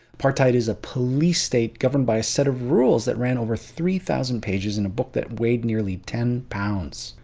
apartheid is a police state governed by a set of rules that ran over three thousand pages in a book that weighed nearly ten pounds.